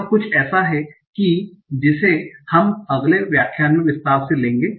यह कुछ ऐसा है जिसे हम अगले व्याख्यान में विस्तार से लेंगे